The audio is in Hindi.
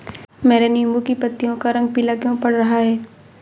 मेरे नींबू की पत्तियों का रंग पीला क्यो पड़ रहा है?